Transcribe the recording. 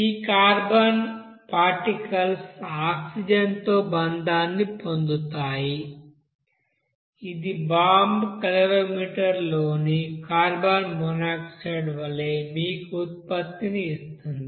ఈ carbon particles ఆక్సిజన్తో బంధాన్ని పొందుతాయి ఇది బాంబు క్యాలరీమీటర్లోని కార్బన్ మోనాక్సైడ్ వలె మీకు ఉత్పత్తిని ఇస్తుంది